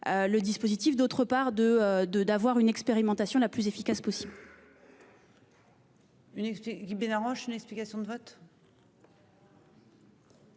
le dispositif et d'avoir l'expérimentation la plus efficace possible.